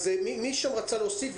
מי רצה להוסיף?